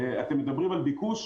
אתם מדברים על ביקוש?